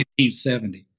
1970